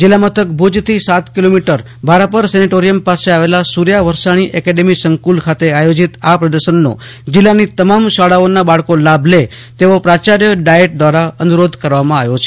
જીલ્લા મથક ભુજથી સાત કિલો મીટર ભારાપર સેનેટોરિથમ પાસે આવેલા સૂર્ય વરસાણી એકેડેમી સંકુલ ખાતે આયોજિત આ પ્રદર્શનમાં જીલ્લાની તમામ શાળાઓના બાળકો ભાગ લે તેવો પ્રાચાર્થ ડાયેટ દ્વારા અનુરોધ કરવામાં આવ્યો છે